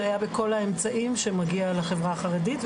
זה היה בכל האמצעים שמגיעים לחברה החרדית,